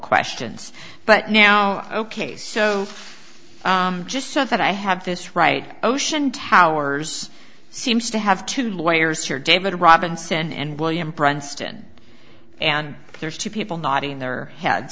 questions but now ok so just so that i have this right ocean towers seems to have two lawyers here david robinson and william princeton and there's two people nodding their heads